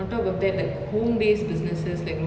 and I hope that like in twenty twenty one right like